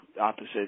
opposite